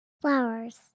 Flowers